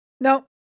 no